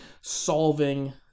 solving